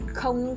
không